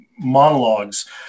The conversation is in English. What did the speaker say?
monologues